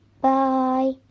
bye